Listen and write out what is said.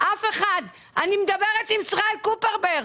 אני מדברת עם ישראל קופרברג,